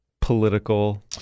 political